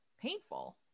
painful